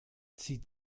zieht